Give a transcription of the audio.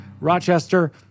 Rochester